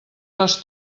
les